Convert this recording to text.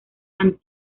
and